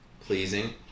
pleasing